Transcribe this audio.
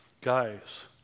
Guys